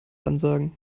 ansagen